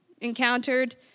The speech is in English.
encountered